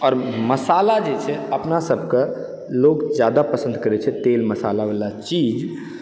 आओर मसाला जे छै अपने सबके लोक जादा पसन्द करै छै तेल मसालावला चीज